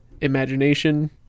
imagination